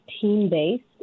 team-based